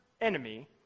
enemy